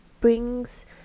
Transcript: brings